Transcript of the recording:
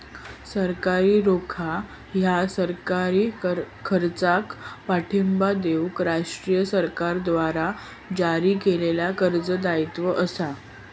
सरकारी रोखा ह्या सरकारी खर्चाक पाठिंबा देऊक राष्ट्रीय सरकारद्वारा जारी केलेल्या कर्ज दायित्व असा